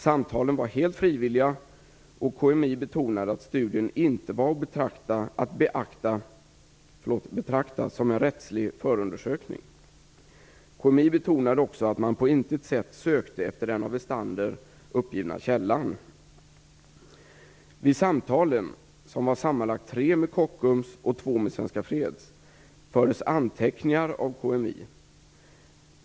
Samtalen var helt frivilliga, och KMI betonade att studien inte var att betrakta som en rättslig förundersökning. KMI betonade också att man på intet sätt sökte efter den av Westander uppgivna källan. Vid samtalen - sammanlagt tre med Kockums och två med Svenska Freds - fördes anteckningar av KMI.